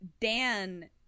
Dan